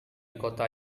kota